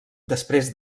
després